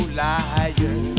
liar